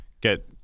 get